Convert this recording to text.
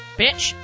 bitch